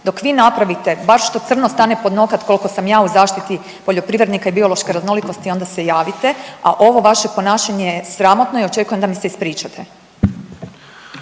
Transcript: Dok vi napravite bar što crno stane pod nokat koliko sam ja u zaštiti poljoprivrednika i biološke raznolikosti onda se javite, a ovo vaše ponašanje je sramotno i očekujem da mi se ispričate.